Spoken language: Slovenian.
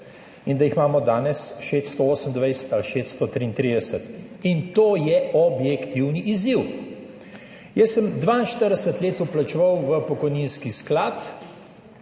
in da jih imamo danes 628 ali 633 in to je objektivni izziv. Jaz sem 42 let vplačeval v pokojninski sklad,